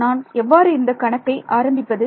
நான் எவ்வாறு இந்த கணக்கை ஆரம்பிப்பது